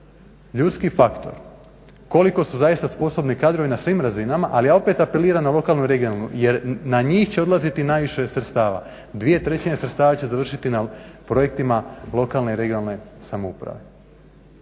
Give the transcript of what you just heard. ljudski faktor. Koliko su zaista sposobni kadrovi na svim na razinama, ali ja opet apeliram na lokalnu i regionalnu jer na njih će odlaziti najviše sredstava, 2/3 sredstava će završiti na projektima lokalne i regionalne samouprave.